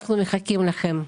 אנחנו מחכים לכם.